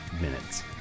minutes